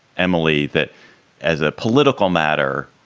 emily, that as a political matter,